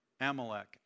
Amalek